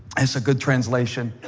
it's a good translation.